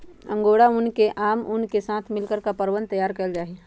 angora ऊन के आम ऊन के साथ मिलकर कपड़वन तैयार कइल जाहई